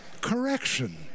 Correction